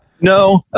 No